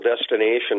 destination